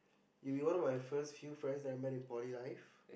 you would be one of my first few friends that I met in poly life